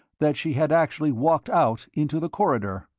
that she had actually walked out into the corridor.